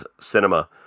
cinema